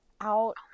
out